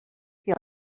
feel